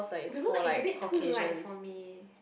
Rimmel is a bit too light for me